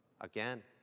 again